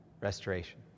restoration